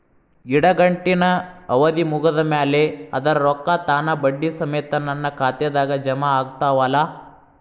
ಇಡಗಂಟಿನ್ ಅವಧಿ ಮುಗದ್ ಮ್ಯಾಲೆ ಅದರ ರೊಕ್ಕಾ ತಾನ ಬಡ್ಡಿ ಸಮೇತ ನನ್ನ ಖಾತೆದಾಗ್ ಜಮಾ ಆಗ್ತಾವ್ ಅಲಾ?